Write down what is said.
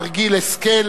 מר גיל השכל,